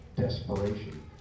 desperation